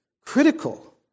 critical